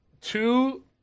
two